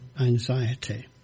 anxiety